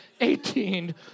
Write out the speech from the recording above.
Eighteen